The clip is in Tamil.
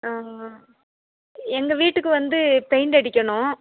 எங்கள் வீட்டுக்கு வந்து பெயிண்ட் அடிக்கணும்